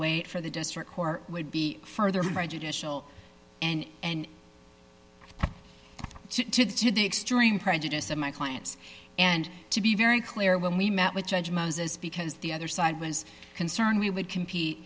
wait for the district court would be furthered by judicial and and took to the extreme prejudice of my clients and to be very clear when we met with judge moses because the other side was concerned we would compete